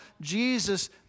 Jesus